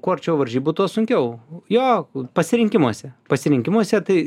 kuo arčiau varžybų tuo sunkiau jo pasirinkimuose pasirinkimuose tai